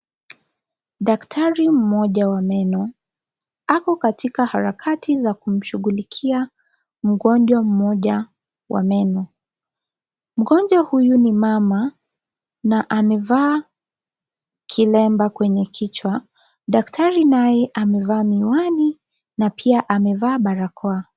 Daktari mmoja wa meno ako katika harakati za kumshughulikia mgonjwa mmoja wa meno. Mgonjwa huyu ni mama na amevaa kilemba kwenye kichwa. Daktari naye amevaa miwani na pia amevaa barakoa.